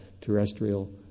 terrestrial